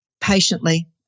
patiently